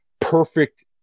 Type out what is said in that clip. perfect